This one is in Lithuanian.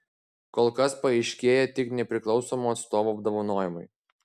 kol kas paaiškėję tik nepriklausomų atstovų apdovanojimai